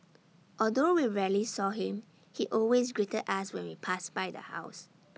although we rarely saw him he always greeted us when we passed by the house